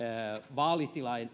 vaalitilanteessa